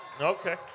Okay